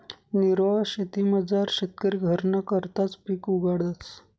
निर्वाह शेतीमझार शेतकरी घरना करताच पिक उगाडस